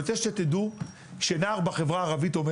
אני רוצה שתדעו שנער בחברה הערבית אומר